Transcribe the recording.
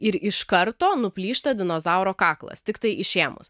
ir iš karto nuplyšta dinozauro kaklas tiktai išėmus